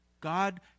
God